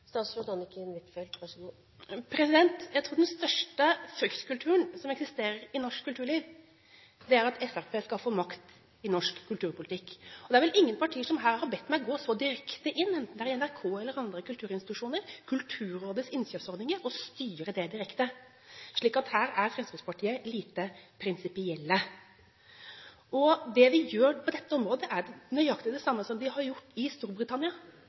Jeg tror den største fryktkulturen som eksisterer i norsk kulturliv, er at Fremskrittspartiet skal få makt i norsk kulturpolitikk. Det er vel ingen partier som her som har bedt meg gå så direkte inn, enten det er i NRK, i andre kulturorganisasjoner eller i Kulturrådets innkjøpsordinger, og styre det. Så her er Fremskrittspartiet lite prinsipielle. Det vi gjør på dette området, er nøyaktig det samme som de har gjort i Storbritannia,